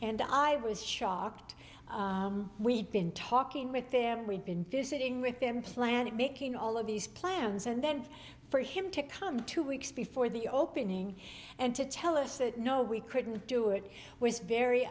and i was shocked we'd been talking with them we'd been visiting with them planned it making all of these plans and then for him to come two weeks before the opening and to tell us that no we couldn't do it was very